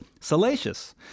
salacious